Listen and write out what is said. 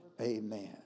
Amen